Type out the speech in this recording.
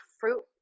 fruit